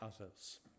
others